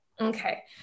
Okay